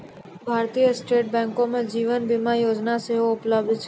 भारतीय स्टेट बैंको मे जीवन बीमा योजना सेहो उपलब्ध छै